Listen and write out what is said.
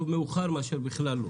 טוב מאוחר מאשר בכלל לא.